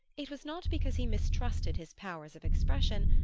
it was not because he mistrusted his powers of expression,